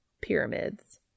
Pyramids